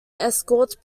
escorts